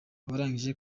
abarangije